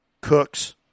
cooks